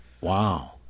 wow